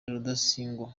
rudasingwa